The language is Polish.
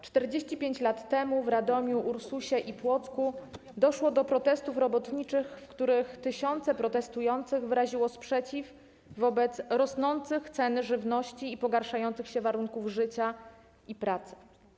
45 lat temu w Radomiu, Ursusie i Płocku doszło do protestów robotniczych, w których tysiące protestujących wyraziło sprzeciw wobec rosnących cen żywności i pogarszających się warunków życia i pracy.